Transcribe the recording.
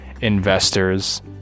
investors